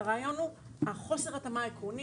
הרעיון הוא חוסר התאמה עקרונית,